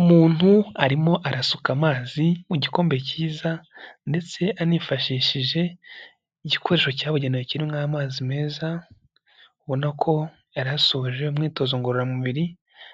Umuntu arimo arasuka amazi mu gikombe cyiza ndetse anifashishije igikoresho cyabugenewe kirimo amazi meza, ubona ko yari asohoje umwitozo ngororamubiri,